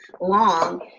long